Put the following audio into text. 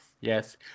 Yes